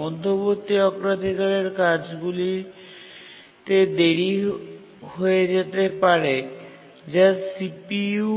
মধ্যবর্তী অগ্রাধিকারের কাজগুলিতে দেরি হয়ে যেতে পারে যা CPU